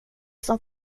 som